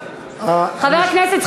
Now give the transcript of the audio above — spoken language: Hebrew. חבר הכנסת זחאלקה,